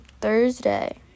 Thursday